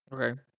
Okay